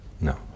No